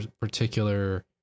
particular